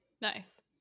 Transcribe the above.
Nice